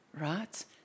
right